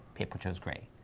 papertrail's great.